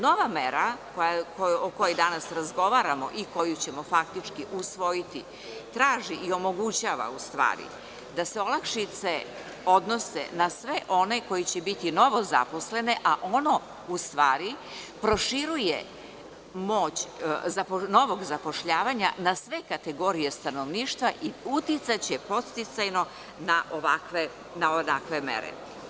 Nova mera o kojoj danas razgovaramo i koju ćemo faktički usvojiti traži i omogućava da se olakšice odnos na sve one koji će biti novozaposleni, a ono u stvari proširuje moć novog zapošljavanja na sve kategorije stanovništva i uticaće podsticajno na ovakve mere.